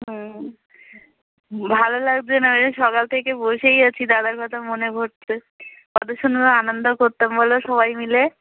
হুম ভালো লাগছে না ঐজন্য সকাল থেকে বসেই আছি দাদার কথা মনে পড়ছে কত সুন্দর আনন্দ করতাম বল সবাই মিলে